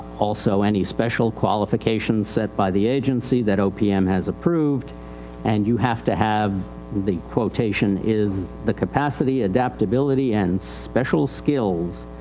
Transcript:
also any special qualifications set by the agency that opm has approved and you have to have the quotation is, the capacity, adaptability and special skills,